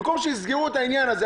במקום שיסגרו את העניין הזה,